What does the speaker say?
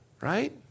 right